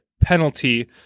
penalty